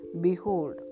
Behold